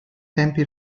tempi